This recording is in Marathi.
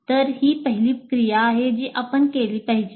तर ही पहिली क्रिया आहे जी आपण केली पाहिजे